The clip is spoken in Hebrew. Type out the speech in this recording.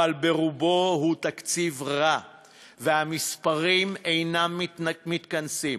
אבל ברובו הוא תקציב רע והמספרים אינם מתכנסים.